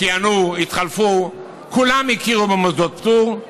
כיהנו, התחלפו, כולם הכירו במוסדות פטור,